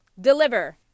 Deliver